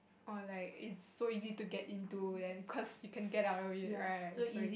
or like it's so easy to get into then cause you can get out of it right so